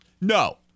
no